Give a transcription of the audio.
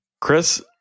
Chris